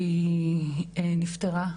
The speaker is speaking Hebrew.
שהיא נפטרה,